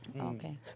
Okay